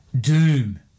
Doom